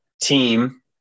team